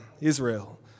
Israel